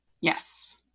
Yes